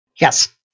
Yes